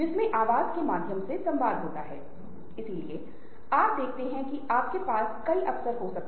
हालाँकि आज हम जो करने जा रहे हैं वह थोड़ा अलग होगा